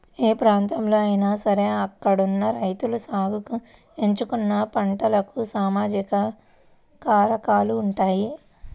ఏ ప్రాంతంలో అయినా సరే అక్కడున్న రైతులు సాగుకి ఎంచుకున్న పంటలకు సామాజిక కారకాలు ఉంటాయి